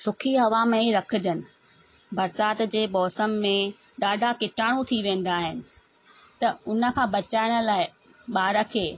सुकी हवा में ई रखिजनि बरसात जे मौसम में ॾाढा कीटाणूं थी वेंदा आहिनि त हुन खां बचाइण लाइ ॿार खे